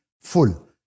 full